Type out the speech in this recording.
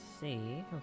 see